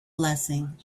blessing